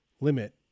limit